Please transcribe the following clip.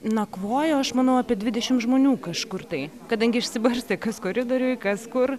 nakvojo aš manau apie dvidešimt žmonių kažkur tai kadangi išsibarstė kas koridoriuj kas kur